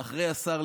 לדבר אחרי השר.